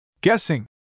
Guessing